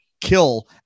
Kill